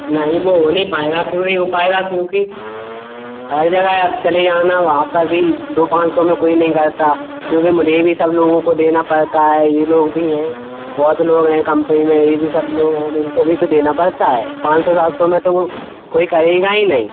नहीं वो हो नहीं पाएगा क्यों नहीं हो पाएगा क्योंकि हर जगह आप चले जाना वहाँ पर भी दो पाँच सौ में कोई नहीं करता क्योंकि मुझे भी सब लोगों को देना पड़ता है ये लोग भी हैं बहुत लोग हैं कंपनी में ये भी सब लोग हैं उनको भी तो देना पड़ता है पाँच सौ सात सौ में तो वो कोई करेगा ही नहीं